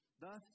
Thus